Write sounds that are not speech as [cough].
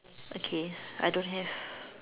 okay I don't have [breath]